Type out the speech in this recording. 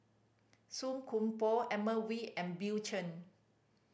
Song Koon Poh Edmund Wee and Bill Chen